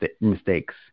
mistakes